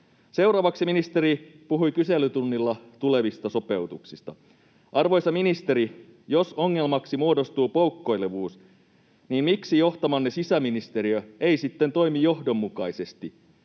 Seuraavaksi ministeri puhui kyselytunnilla tulevista sopeutuksista. Arvoisa ministeri, jos ongelmaksi muodostuu poukkoilevuus, niin miksi johtamanne sisäministeriö ei sitten toimi johdonmukaisesti?